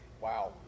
Wow